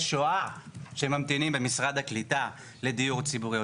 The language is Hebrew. שואה שממתינים במשרד הקליטה לדיור ציבורי,